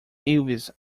elves